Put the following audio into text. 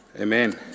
Amen